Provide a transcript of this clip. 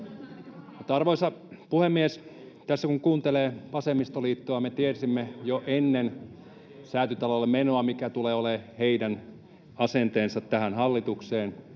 Arvoisa puhemies! Tässä kun kuuntelee vasemmistoliittoa, me tiesimme jo ennen Säätytalolle menoa, mikä tulee olemaan heidän asenteensa tähän hallitukseen.